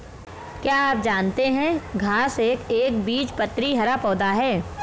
क्या आप जानते है घांस एक एकबीजपत्री हरा पौधा है?